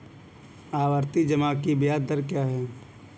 आवर्ती जमा की ब्याज दर क्या है?